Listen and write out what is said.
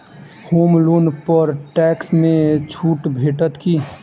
होम loan पर tax मे छुट भेटत की